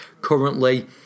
currently